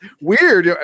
weird